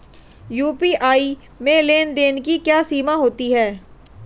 UPI में लेन देन की क्या सीमा होती है?